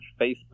Facebook